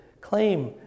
claim